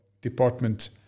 department